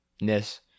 ness